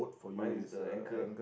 mine is the ankle